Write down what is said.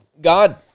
God